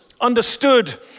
understood